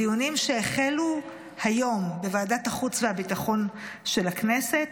דיונים שהחלו היום בוועדת החוץ והביטחון של הכנסת,